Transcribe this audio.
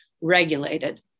regulated